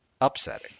upsetting